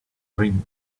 rim